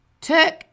took